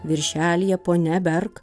viršelyje ponia berk